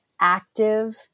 active